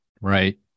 right